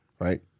Right